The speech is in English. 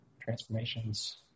transformations